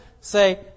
say